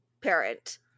parent